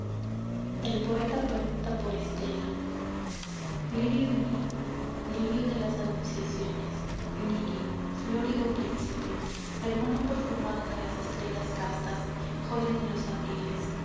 el poeta pregunta por stella lirio divino lirio de las anunciaciones lirio florido príncipe hermano perfumado de las estrellas castas joya de los abriles